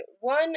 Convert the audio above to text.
one